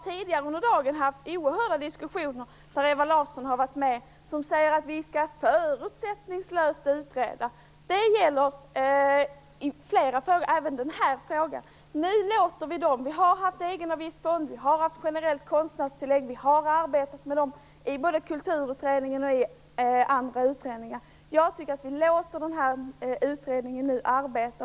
Tidigare under dagen har vi haft oerhörda diskussioner, där Ewa Larsson deltagit, och sagt att vi skall utreda förutsättningslöst. Det gäller i flera frågor och även den här. Vi har haft egenavgiftsfond och generellt konstnärstillägg, och vi har arbetat med detta i både Kulturutredningen och andra utredningar. Jag tycker att vi nu skall låta denna utredning arbeta.